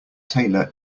tailor